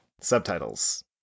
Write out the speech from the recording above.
Subtitles